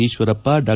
ಈಶ್ವರಪ್ಪ ಡಾ